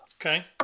Okay